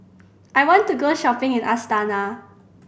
I want to go shopping in Astana